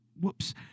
whoops